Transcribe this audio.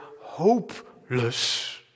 hopeless